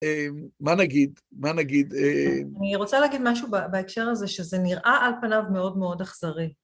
מה נגיד, מה נגיד? אני רוצה להגיד משהו בהקשר הזה, שזה נראה על פניו מאוד מאוד אכזרי.